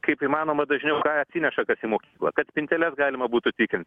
kaip įmanoma dažniau ką atsineša į mokyklą kad spinteles galima būtų tikrint